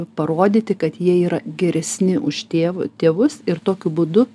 parodyti kad jie yra geresni už tėv tėvus ir tokiu būdu